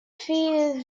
feed